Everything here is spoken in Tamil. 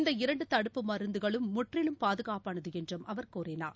இந்த இரண்டுதடுப்பு மருந்துகளும் முற்றிலும் பாதுகாப்பானதுஎன்றும் அவர் கூறினார்